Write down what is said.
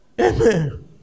Amen